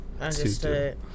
understood